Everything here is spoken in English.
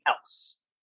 else